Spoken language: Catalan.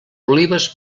olives